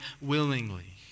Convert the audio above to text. willingly